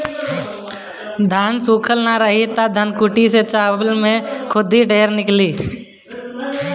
धान सूखल ना रही त धनकुट्टी से चावल में खुद्दी ढेर निकली